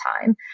time